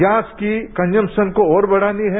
gas की consumption को और बढ़ाना है